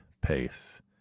pace